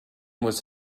was